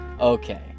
Okay